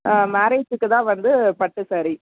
ஆ மேரேஜுக்குதான் வந்து பட்டு சாரீ